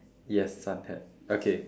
yes sun hat okay